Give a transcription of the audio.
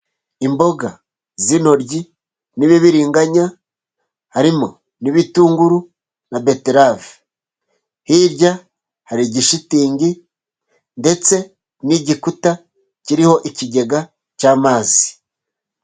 Imboga z'intoryi, n'ibibiriganya, harimo n'ibitunguru, na beterave, hirya hari igishitingi, ndetse n'igikuta kiriho ikigega cy'amazi.